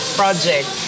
project